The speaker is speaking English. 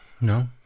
No